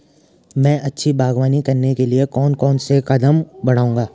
मैं अच्छी बागवानी करने के लिए कौन कौन से कदम बढ़ाऊंगा?